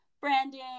branding